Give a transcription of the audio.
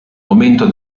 momento